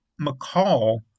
McCall